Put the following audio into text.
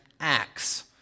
Acts